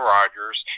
Rodgers